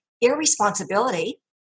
irresponsibility